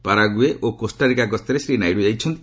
Paraguay ଓ Costa Rica ଗସ୍ତରେ ଶ୍ରୀ ନାଇଡ଼ୁ ଯାଇଛନ୍ତି